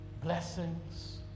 blessings